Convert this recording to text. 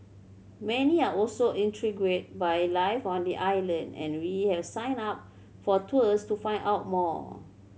many are also intrigued by life on the island and we have signed up for tours to find out more